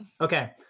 Okay